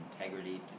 integrity